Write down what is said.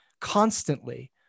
constantly